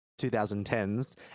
2010s